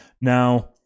Now